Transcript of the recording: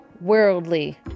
worldly